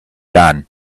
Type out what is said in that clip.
done